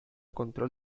control